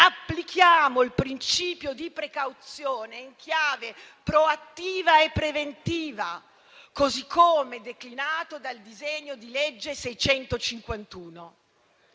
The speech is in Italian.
applichiamo il principio di precauzione in chiave proattiva e preventiva, così come declinato dal disegno di legge n.